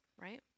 right